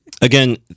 Again